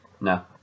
No